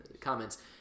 comments